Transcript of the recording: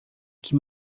que